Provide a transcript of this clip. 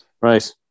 Right